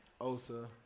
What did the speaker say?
Osa